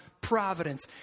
providence